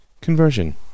conversion